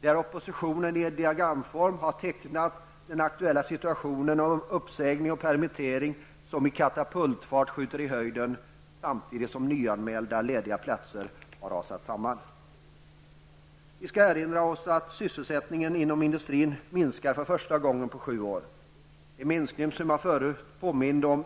Där har oppositionen i diagramform tecknat den aktuella situationen om uppsägningar och permitteringar. Sådana skjuter i höjden med katapultfart, samtidigt som antalet nyanmälda, lediga platser har rasat samman. Vi skall erinra oss att sysselsättningen inom industrin minskar för första gången på sju år. Det är en minskning som